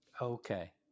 Okay